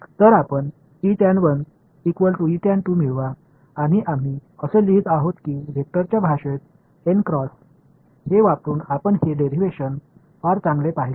तर आपण मिळवा आणि आम्ही असे लिहित आहोत की वेक्टरच्या भाषेत हे वापरून आपण हे डेरीव्हेशन फार चांगले पाहिले आहे